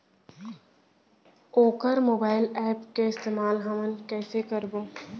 वोकर mobile app के इस्तेमाल हमन कइसे करबो?